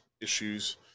issues